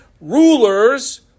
rulers